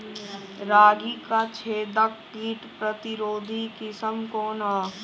रागी क छेदक किट प्रतिरोधी किस्म कौन ह?